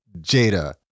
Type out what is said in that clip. Jada